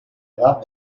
edad